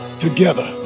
together